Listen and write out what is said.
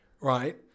Right